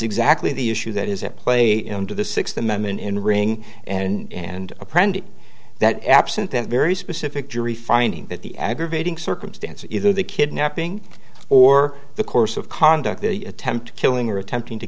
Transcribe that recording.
exactly the issue that is at play into the sixth amendment in ring and apprentice that absent that very specific jury finding that the aggravating circumstances either the kidnapping or the course of conduct the attempt killing or attempting to